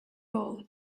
all